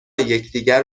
یکدیگر